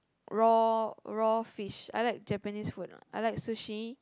raw raw fish I like Japanese food a lot I like sushi